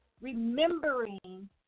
remembering